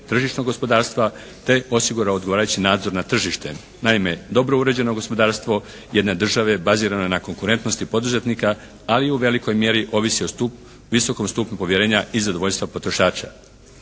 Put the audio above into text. tržišnog gospodarstva te osigurao odgovarajući nadzor na tržište. Naime, dobro uređeno gospodarstvo jedne države bazirano je na konkurentnosti poduzetnika, a i u velikoj mjeri ovisi o visokom stupnju povjerenja i zadovoljstva potrošača.